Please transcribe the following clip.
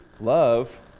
love